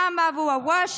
ההצעה המהירה הזאת לא התקבלה.